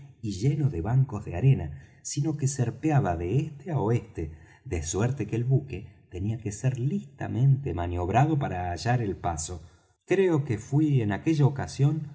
y lleno de bancos de arena sino que serpeaba de este á oeste de suerte que el buque tenía que ser listamente maniobrado para hallar el paso creo que fuí en aquella ocasión